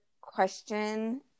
question